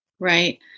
Right